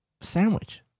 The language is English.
sandwich